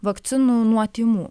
vakcinų nuo tymų